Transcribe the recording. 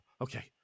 okay